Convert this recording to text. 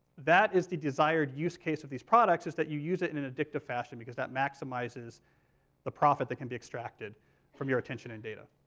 that is the desired use case of these products is that you use it in an addictive fashion because that maximizes the profit that can be extracted from your attention and data.